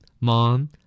Mom